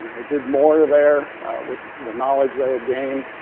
it did more there with the knowledge they had gained,